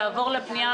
אנחנו עוברים להצבעה.